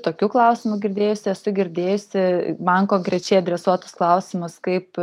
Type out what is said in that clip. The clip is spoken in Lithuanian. tokių klausimų girdėjusi esu girdėjusi man konkrečiai adresuotus klausimus kaip